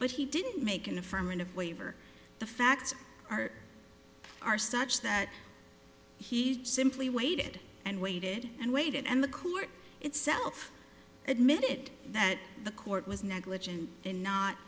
but he didn't make an affirmative waiver the facts are are such that he simply waited and waited and waited and the court itself admitted that the court was negligent in not